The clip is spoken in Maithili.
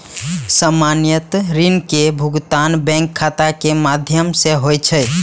सामान्यतः ऋण के भुगतान बैंक खाता के माध्यम सं होइ छै